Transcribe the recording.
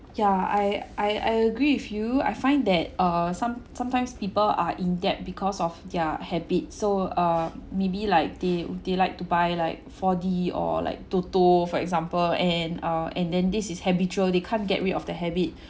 ya I I I agree with you I find that uh some sometimes people are in debt because of their habits so uh maybe like they they like to buy like four D or like TOTO for example and uh and then this is habitual they can't get rid of the habit